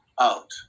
out